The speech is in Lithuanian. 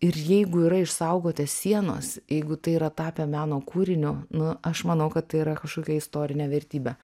ir jeigu yra išsaugota sienos jeigu tai yra tapę meno kūriniu nu aš manau kad tai yra kažkokia istorinė vertybė